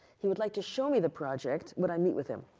he would like to show me the project. would i meet with him?